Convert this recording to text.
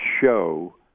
show